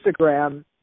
Instagram